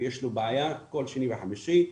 ויש לו בעיה כל שני וחמישי.